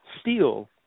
steel